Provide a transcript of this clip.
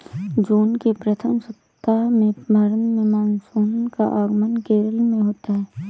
जून के प्रथम सप्ताह में भारत में मानसून का आगमन केरल में होता है